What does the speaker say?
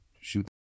shoot